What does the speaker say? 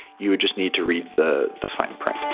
you just need to read the the fine print.